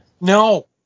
No